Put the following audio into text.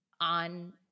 on